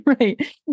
Right